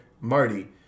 Marty